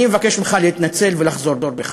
אני מבקש ממך להתנצל ולחזור בך.